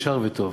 ישר וטוב.